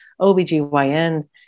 OBGYN